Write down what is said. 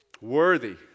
Worthy